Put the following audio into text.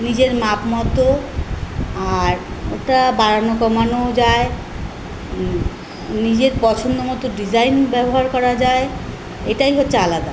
নিজের মাপ মতো আর একটা বাড়ানো কমানো যায় নিজের পছন্দ মতো ডিজাইন ব্যবহার করা যায় এটাই হচ্ছে আলাদা